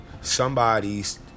somebody's